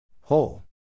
Whole